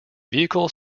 vehicle